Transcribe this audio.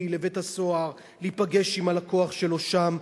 לבית-הסוהר ולהיפגש עם הלקוח שלו שם,